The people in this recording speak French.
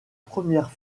première